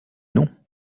non